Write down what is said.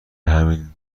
همین